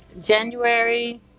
january